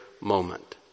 moment